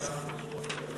איציק,